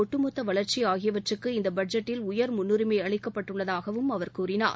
ஒட்டுமொத்த வளர்ச்சி ஆகியவற்றுக்கு இந்த பட்ஜெட்டில் உயர் முன்னுரிமை அளிக்கப்பட்டுள்ளதாகவும் அவர் கூறினார்